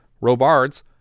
Robards